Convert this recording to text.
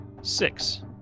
Six